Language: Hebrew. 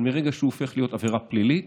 אבל מרגע שהוא הופך להיות עבירה פלילית,